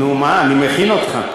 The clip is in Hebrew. תירוצים.